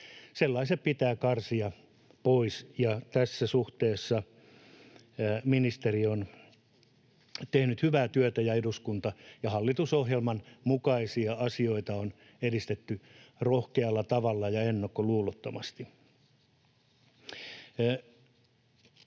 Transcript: pitää karsia pois, ja tässä suhteessa ministeri ja eduskunta ovat tehneet hyvää työtä ja hallitusohjelman mukaisia asioita on edistetty rohkealla tavalla ja ennakkoluulottomasti.